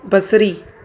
बसरी